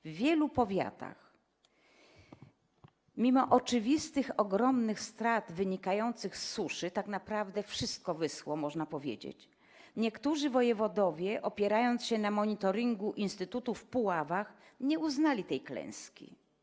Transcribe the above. W wielu powiatach mimo oczywistych, ogromnych strat wynikających z suszy, bo tak naprawdę wszystko wyschło, można powiedzieć, niektórzy wojewodowie, opierając się na monitoringu instytutu w Puławach, nie uznali tej klęski.